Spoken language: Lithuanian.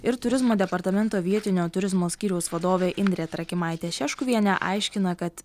ir turizmo departamento vietinio turizmo skyriaus vadovė indrė trakimaitė šeškuvienė aiškina kad